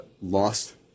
lost